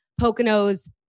Poconos